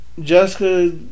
Jessica